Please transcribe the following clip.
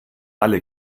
alle